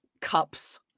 cups